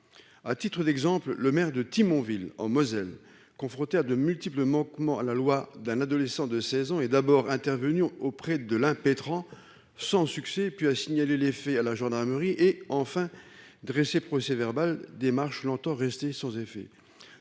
à titre d'exemple, le maire de Timon ville en Moselle, confronté à de multiples manquements à la loi d'un adolescent de 16 ans est d'abord intervenu auprès de l'impétrant, sans succès, et puis à signaler les faits à la gendarmerie et enfin dresser procès-verbal des longtemps restée sans effet